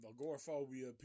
agoraphobia